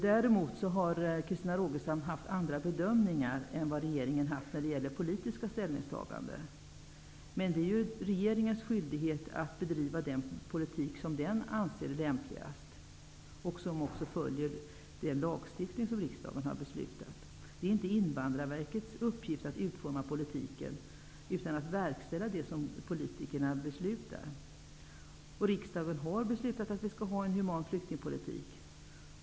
Däremot har Christina Rogestam gjort andra bedömningar än regeringen när det gäller politiska ställningstaganden. Men det är ju regeringens skyldighet att bedriva den politik som den anser vara lämpligast och som följer den lagstiftning som riksdagen har beslutat. Invandrarverkets uppgift är inte att utforma politiken, utan att verkställa det som politikerna beslutar. Riksdagen har beslutat att vi skall ha en human flyktingpolitik.